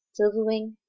Silverwing